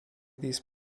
these